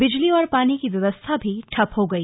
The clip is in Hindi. बिजली और पानी की व्यवस्था भी ठप हो गई